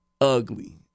ugly